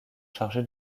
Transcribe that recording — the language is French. chargé